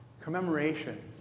commemoration